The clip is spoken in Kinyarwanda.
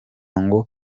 ngo